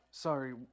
Sorry